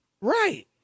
Right